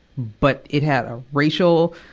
but it had a racial,